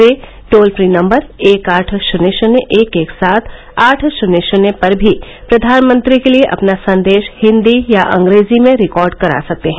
वे toll free number एक आठ शून्य शून्य एक एक सात आठ शून्य शून्य पर भी प्रधानमंत्री के लिए अपना संदेश हिंदी या अंग्रेजी में रिकॉर्ड करा सकते हैं